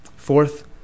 Fourth